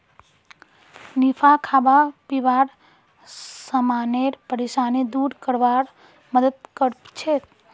निफा खाबा पीबार समानेर परेशानी दूर करवार मदद करछेक